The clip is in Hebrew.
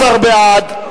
16 בעד,